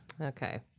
Okay